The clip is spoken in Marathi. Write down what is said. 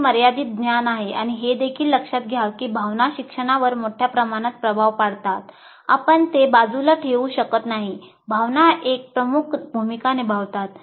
काही मर्यादित ज्ञान आहे आणि हे देखील लक्षात घ्या की भावना शिक्षणावर मोठ्या प्रमाणात प्रभाव पाडतात आपण ते बाजूला ठेवू शकत नाही भावना एक प्रमुख भूमिका निभावतात